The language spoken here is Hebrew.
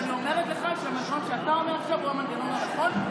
ואני אומרת לך שהמנגנון שאתה אומר עכשיו הוא המנגנון הנכון.